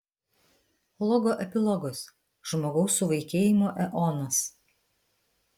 logo epilogas žmogaus suvaikėjimo eonas